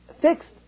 fixed